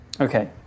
okay